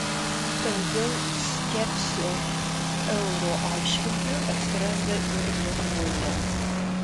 daugiau skepsio euro atžvilgiu atsiranda ir lietuvoje